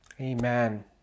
Amen